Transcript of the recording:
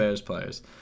players